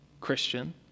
Christian